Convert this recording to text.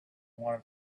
want